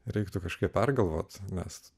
reiktų kažkaip pergalvoti nes